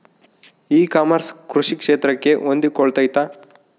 E commerce ಕೃಷಿ ಕ್ಷೇತ್ರಕ್ಕೆ ಹೊಂದಿಕೊಳ್ತೈತಾ?